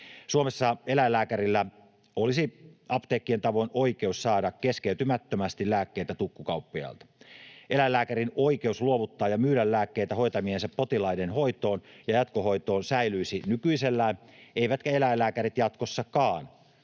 Suomessa eläinlääkärillä olisi apteekkien tavoin oikeus saada keskeytymättömästi lääkkeitä tukkukauppiailta. Eläinlääkärin oikeus luovuttaa ja myydä lääkkeitä hoitamiensa potilaiden hoitoon ja jatkohoitoon säilyisi nykyisellään, eivätkä eläinlääkärit jatkossakaan